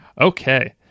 okay